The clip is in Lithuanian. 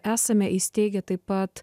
esame įsteigę taip pat